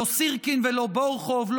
ולא סירקין ולא בורוכוב,